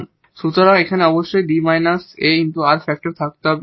সুতরাং এখানে অবশ্যই 𝐷 − 𝑎 𝑟 ফ্যাক্টর থাকতে হবে